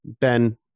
Ben